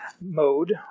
mode